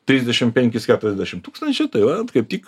trisdešim penkis keturiasdešim tūkstančių tai vat kaip tik